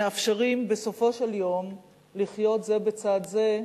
מאפשרים בסופו של יום לחיות זה בצד זה,